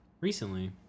recently